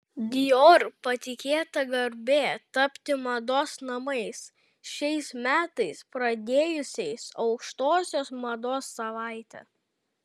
dior patikėta garbė tapti mados namais šiais metais pradėjusiais aukštosios mados savaitę